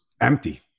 empty